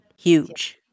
huge